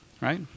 right